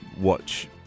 watch